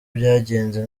byagenze